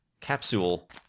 capsule